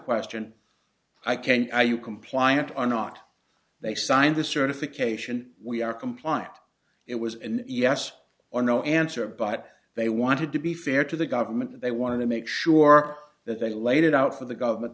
question i can't i you compliant are not they signed the certification we are compliant it was and yes or no answer but they wanted to be fair to the government they wanted to make sure that they laid it out for the government